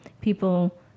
people